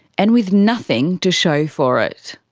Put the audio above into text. and with nothing to show for it.